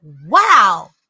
wow